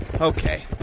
okay